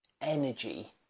energy